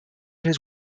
his